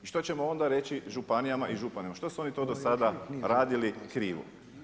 I što ćemo onda reći županijama i županima, što su oni to do sada radili krivo?